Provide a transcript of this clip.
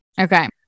Okay